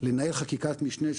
לנהל חקיקת משנה,